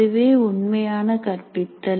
அதுவே உண்மையான கற்பித்தல்